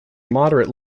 moderate